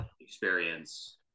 experience